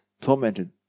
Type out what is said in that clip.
tormented